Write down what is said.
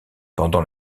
pendant